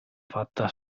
fatta